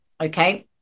okay